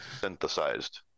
synthesized